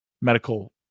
medical